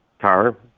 car